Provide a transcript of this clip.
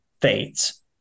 fades